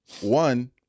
One